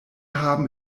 haben